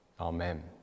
Amen